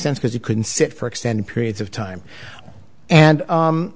sense because he couldn't sit for extended periods of time and